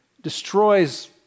destroys